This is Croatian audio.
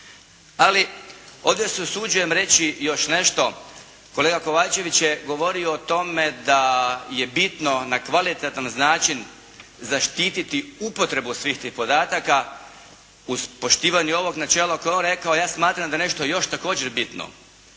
Ali ovdje se usuđujem reći još nešto. Kolega Kovačević je govorio o tome da je bitno na kvalitetan način zaštititi upotrebu svih tih podataka. Uz poštivanje ovog načela koje je on rekao ja smatram da je nešto još također bitno.